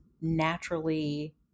naturally